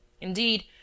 Indeed